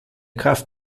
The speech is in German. kraft